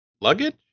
luggage